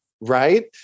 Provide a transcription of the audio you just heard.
Right